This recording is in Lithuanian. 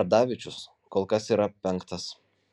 ardavičius kol kas yra penktas